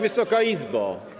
Wysoka Izbo!